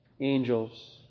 angels